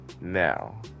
now